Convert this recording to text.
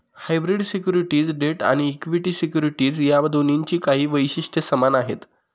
hybrid securities debt आणि equity securities या दोन्हींची काही वैशिष्ट्ये समान आहेत